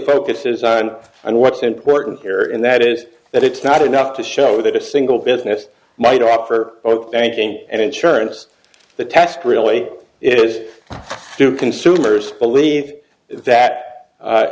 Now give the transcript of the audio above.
focuses on and what's important here and that is that it's not enough to show that a single business might offer anything and insurance the test really it is to consumers believe that